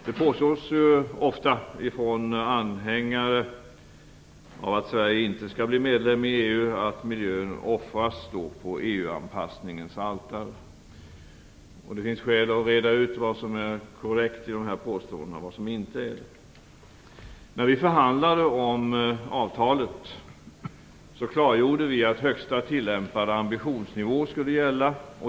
Det påstås ofta från anhängare av att Sverige inte blir medlem i EU att miljön offras på EU anpassningens altare. Det finns skäl att reda ut vad som är korrekt och inte korrekt i de påståendena. När vi förhandlade om avtalet klargjorde vi att högsta tillämpade ambitionsnivå skulle gälla.